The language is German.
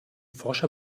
forscher